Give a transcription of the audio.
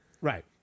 Right